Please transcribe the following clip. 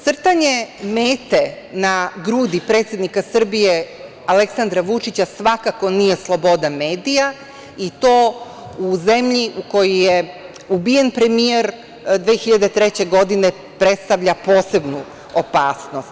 Crtanje mete na grudi predsednika Srbije Aleksandra Vučića svakako nije sloboda medija i to u zemlji u kojoj je ubijen premijer 2003. godine predstavlja posebnu opasnost.